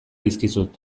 dizkizut